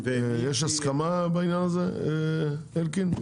יש הסכמה בעניין הזה, אלקין?